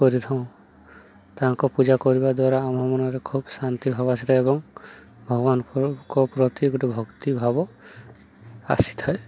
କରିଥାଉ ତାଙ୍କ ପୂଜା କରିବା ଦ୍ୱାରା ଆମଭ ମନରେ ଖୁବ୍ ଶାନ୍ତି ଭାବ ଆସିଥାଏ ଏବଂ ଭଗବାନଙ୍କ ପ୍ରତି ଗୋଟେ ଭକ୍ତିଭାବ ଆସିଥାଏ